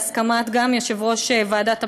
בהסכמת יושב-ראש ועדת הפנים.